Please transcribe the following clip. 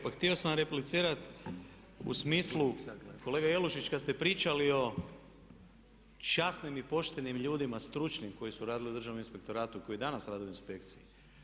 Pa htio sam vam replicirati u smislu kolega Jelušić kad ste pričali o časnim i poštenim ljudima, stručnim koji su radili u Državnom inspektoratu koji danas rade u inspekciji.